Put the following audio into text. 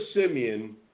Simeon